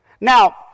Now